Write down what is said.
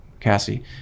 Cassie